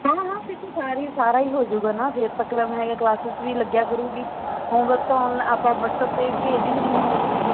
ਹਾਂ ਹਾਂ ਫਿਰ ਤਾਂ ਸਾਰੇ ਸਾਰਾ ਹੀ ਹੋਜੂਗਾ ਨਾ ਫਿਰ ਤਾਂ ਕਿਨਮ ਹੈਗਾ ਆ ਕਲਾਸਿਸ ਵੀ ਲੱਗਿਆ ਕਰੂਗੀ ਹੋਮਵਰਕ ਤਾਂ ਆਨਲ ਆਪਾਂ ਵਟਸਐਪ 'ਤੇ ਭੇਜ ਹੀ ਦਿੰਦੇ ਹੈਗੇ ਹਾਂ